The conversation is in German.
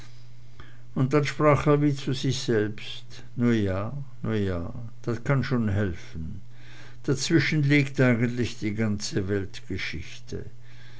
und dann sprach er wie zu sich selbst nu ja nu ja das kann schon helfen dazwischen liegt eigentlich die ganze weltgeschichte